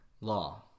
law